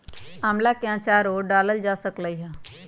आम्ला के आचारो डालल जा सकलई ह